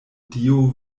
dio